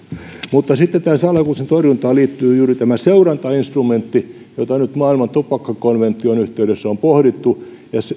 tämän salakuljetuksen torjuntaan liittyy juuri tämä seurantainstrumentti jota nyt maailman tupakkakonvention yhteydessä on pohdittu